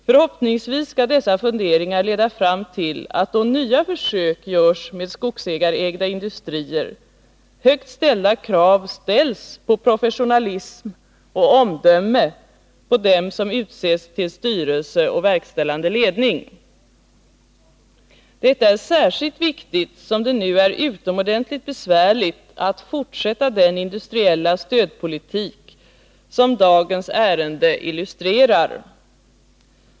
Förhoppningsvis skall dessa funderingar leda fram till att då nya försök görs med skogsägarägda industrier, det ställs höga krav beträffande professionalism och omdöme hos dem som utsetts till styrelse och verkställande ledning. Detta är särskilt viktigt som det nu är utomordentligt besvärligt att fortsätta den industriella stödpolitik som dagens ärende illustrerar.